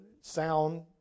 sound